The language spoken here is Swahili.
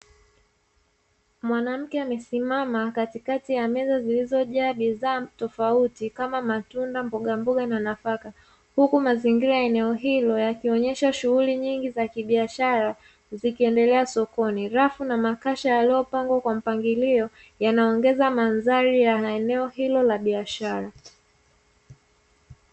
Mwanamke amesimama katikati ya meza zilizojaa bidhaa tofauti kama matunda, mbogamboga na nafaka, huku mazingira eneo hilo yakionyesha shughuli nyingi za kibiashara zikiendelea sokoni. Rafu na makasha yaliyopangwa kwa mpangilio, yanaongeza mandhari ya eneo hilo la biashara.